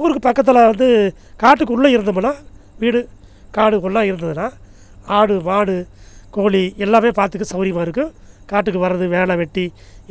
ஊருக்கு பக்கத்தில் வந்து காட்டுக்குள்லே இருந்தோம்னால் வீடு காடு குள்ளெ இருந்துதுனா ஆடு மாடு கோழி எல்லாமே பார்த்துக்க சவுகரியமா இருக்கும் காட்டுக்கு வர்றது வேலை வெட்டி